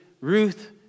Ruth